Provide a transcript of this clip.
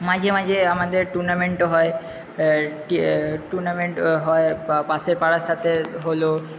মাঝে মাঝে আমাদের টুর্নামেন্টও হয় কি টুর্নামেন্টও হয় বা পাশের পাড়ার সাথে হল